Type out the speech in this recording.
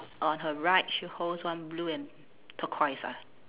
on her right she holds one blue and turquoise ah